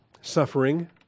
suffering